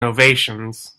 ovations